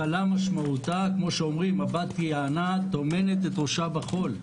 הכלה משמעותה - בת היענה טומנת את ראשה בחול.